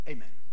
Amen